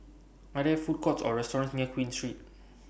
Are There Food Courts Or restaurants near Queen Street